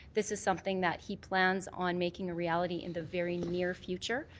this is something that he plans on making a reality in the very near future.